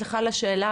סליחה על השאלה,